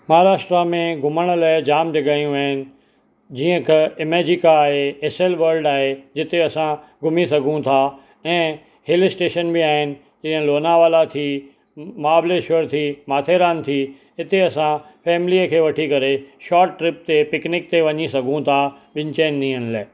महाराष्ट्रा में घुमण लाइ जाम जॻहियूं आहिनि जीअं त इमेजीका आहे एसलवर्ड आहे जिते असां घुमी सघूं था ऐं हिल स्टेशन में आहिनि जीअं लोनावाला थी महाबलेश्वर थी माथेरान थी हिते असां फैमिलीअ खे वठी करे शॉर्ट ट्रिप ते पिकनिक ते वञी सघूं था ॿिनि चइनि ॾींहनि लाइ